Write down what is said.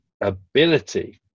ability